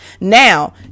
Now